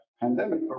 pandemic